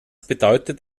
bedeutet